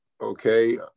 okay